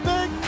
Big